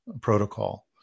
protocol